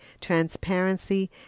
transparency